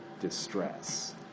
distress